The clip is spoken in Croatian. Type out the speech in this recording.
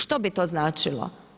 Što bi to značilo?